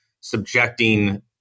subjecting